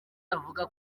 avuga